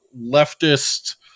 leftist